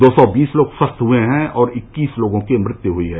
दो सौ बीस लोग स्वस्थ हए हैं और इक्कीस की मृत्य हयी है